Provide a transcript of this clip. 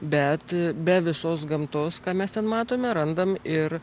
bet be visos gamtos ką mes ten matome randam ir